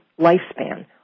lifespan